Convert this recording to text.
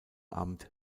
amt